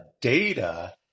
data